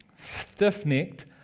stiff-necked